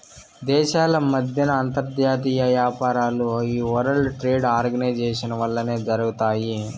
దేశాల మద్దెన అంతర్జాతీయ యాపారాలు ఈ వరల్డ్ ట్రేడ్ ఆర్గనైజేషన్ వల్లనే జరగతాయి